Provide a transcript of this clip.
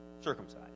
circumcised